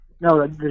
no